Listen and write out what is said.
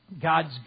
God's